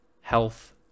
health